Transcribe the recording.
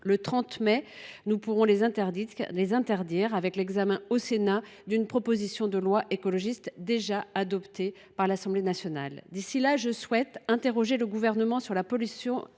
prochain, nous pourrons les interdire lors de l’examen, au Sénat, d’une proposition de loi écologiste déjà adoptée par l’Assemblée nationale. D’ici là, je souhaite interroger le Gouvernement au sujet de la pollution